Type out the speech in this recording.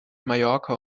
mallorca